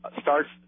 starts